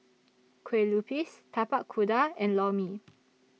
Kueh Lupis Tapak Kuda and Lor Mee